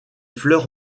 fleurs